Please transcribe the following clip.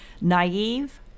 naive